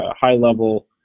high-level